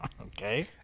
Okay